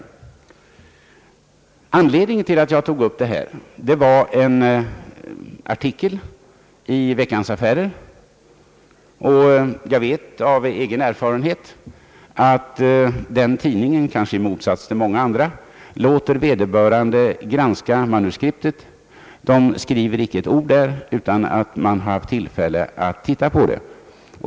Anledningen till att jag tog upp detta spörsmål var en artikel i Veckans Affärer. Jag vet av egen erfarenhet att den tidningen — i motsats till många andra — låter vederbörande granska manuskriptet. De trycker icke ett ord där utan att man haft tillfälle att titta på det.